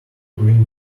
green